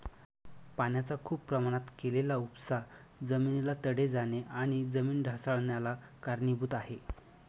पाण्याचा खूप प्रमाणात केलेला उपसा जमिनीला तडे जाणे आणि जमीन ढासाळन्याला कारणीभूत आहे